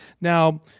Now